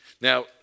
Now